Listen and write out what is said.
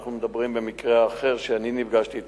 אנחנו מדברים, במקרה האחר שאני נפגשתי אתו,